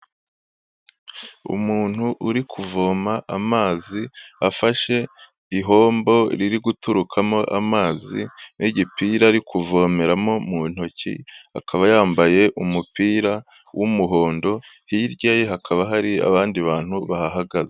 Umuntu uri kuvoma amazi, afashe ihombo riri guturukamo amazi n'igipira ari kuvomeramo mu ntoki, akaba yambaye umupira w'umuhondo hirya ye, hakaba hari abandi bantu bahagaze.